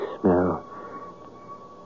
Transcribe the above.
smell